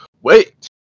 wait